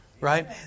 right